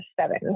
seven